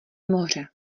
moře